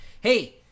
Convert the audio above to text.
hey